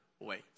wait